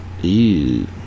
Ew